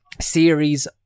series